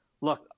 Look